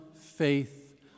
faith